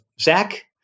Zach